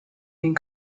den